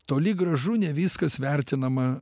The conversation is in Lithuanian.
toli gražu ne viskas vertinama